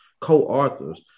co-authors